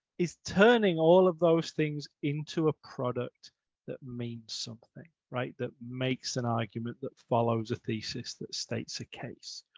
is turning all of those things into a product that means something. right. that makes an argument that follows a thesis, that states a case.